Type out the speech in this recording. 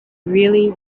really